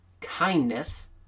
kindness